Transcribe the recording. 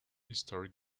historic